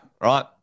right